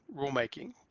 rulemaking